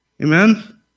Amen